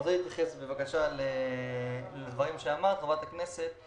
רוצה להתייחס לדברים שאמרת, חברת הכנסת.